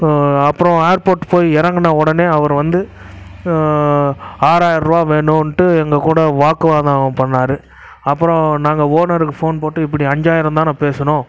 அப்புறம் ஏர்போர்ட் போய் இறங்குன உடனே அவர் வந்து ஆராயிருவா வேணுன்ட்டு எங்கள் கூட வாக்குவாதம் பண்ணார் அப்புறம் நாங்கள் ஓனருக்கு ஃபோன் போட்டு இப்படி அஞ்சாயிரம் தான பேசினோம்